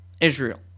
Israel